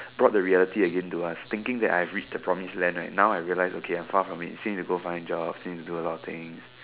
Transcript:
brought the reality again to us thinking that I think I have reached the promise land right now I realise okay I am far from it still need to go find a job still need to do a lot of things